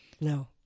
no